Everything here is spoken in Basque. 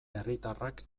herritarrak